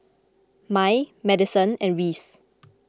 Mai Madison and Reece